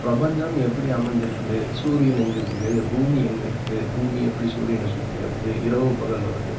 பிரபஞ்சம் எப்படி அமைஞ்சிருக்குது சூரியன் எங்கு இருக்குது பூமி எங்கு இருக்குது பூமி எப்படி சூரியனை சுற்றி வருது இரவு பகல் வருது